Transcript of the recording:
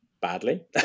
badly